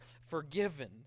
forgiven